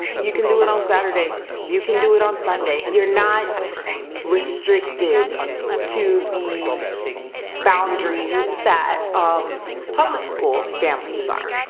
you can do it on saturday. you can do it on sunday. you're not restricted to the boundaries that um public school families are.